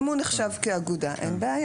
אם הוא נחשב כאגודה אז אין בעיה.